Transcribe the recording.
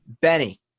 Benny